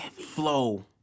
flow